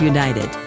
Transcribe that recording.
United